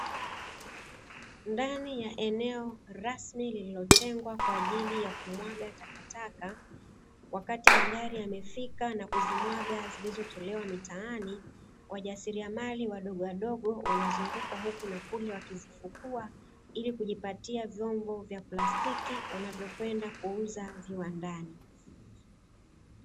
Ndani ya eneo rasmi lililotengwa kwa ajili ya kumwaga takataka, wakati magari yamefika na kuzimwaga zilizotolewa mitaani, wajasiriamali wadogowadogo wanazunguka huku na kule wakizifukua, ili kujipatia vyombo vya plastiki, wanavyokwenda kuuza viwandani.